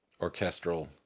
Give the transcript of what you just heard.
orchestral